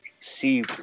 see